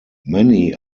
many